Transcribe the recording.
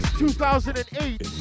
2008